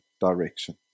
direction